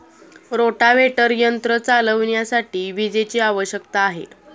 rotavator यंत्र चालविण्यासाठी विजेची आवश्यकता आहे